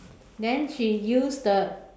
then she use the